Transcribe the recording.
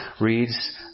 reads